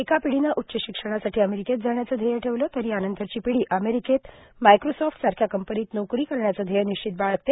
एका पिढीनं उच्च शिक्षणासाठी अमेरिकेत जाण्याचं धेय्य ठेवलं तर यानंतरची पिढी अमेरिकेत मायक्रोसॉफ्ट सारख्या कंपनीत नोकरी करण्याचं धेय्य निश्चित बाळगते